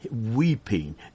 weeping